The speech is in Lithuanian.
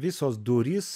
visos durys